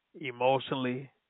emotionally